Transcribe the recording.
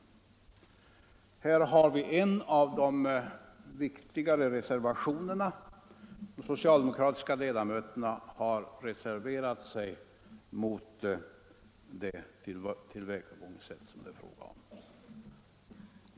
Här har vi en av de viktigare reservationerna; de socialdemokratiska ledamöterna i utskottet har reserverat sig mot den borgerliga majoritetens beslut i denna fråga.